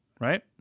right